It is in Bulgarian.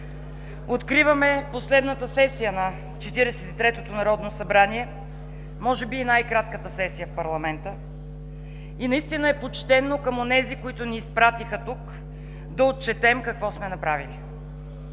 Откриваме последната сесия на Четиридесет и третото народно събрание – може би най-кратката сесия в парламента. Наистина е почтено към онези, които ни изпратиха тук, да отчетем какво сме направили.